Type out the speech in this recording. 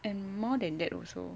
and more than that also